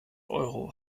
euro